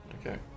Okay